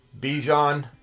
Bijan